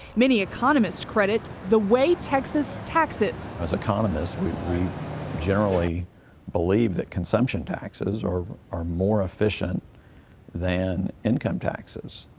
many economists credit the way texas taxes. as economists, we generally believe that consumption taxes are are more efficient than income taxes.